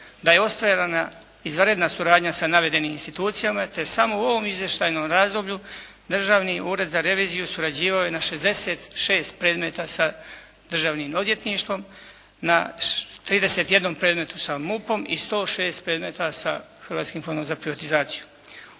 da je ostvarena izvanredna suradnja sa navedenim institucijama te je samo u ovom izvještajnom razdoblju Državni ured za reviziju surađivao je na 66 predmeta sa Državnim odvjetništvom, na 31 predmetu sa MUP-om i 106 predmeta sa Hrvatskim